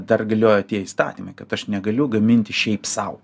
dar galiojo tie įstatymai kad aš negaliu gaminti šiaip sau